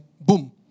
boom